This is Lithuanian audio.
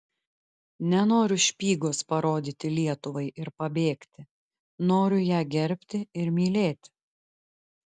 nenoriu špygos parodyti lietuvai ir pabėgti noriu ją gerbti ir mylėti